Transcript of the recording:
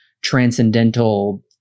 transcendental